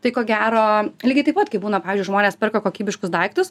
tai ko gero lygiai taip pat kaip būna pavyzdžiui žmonės perka kokybiškus daiktus